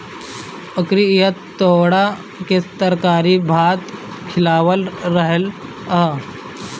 ओकरी इहा कोहड़ा के तरकारी भात खिअवले रहलअ सअ